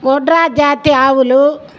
గోజాతి ఆవులు